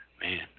Man